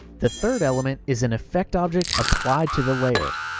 the third element is an effect object applied to the layer.